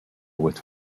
with